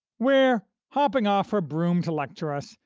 where, hopping off her broom to lecture us,